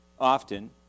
often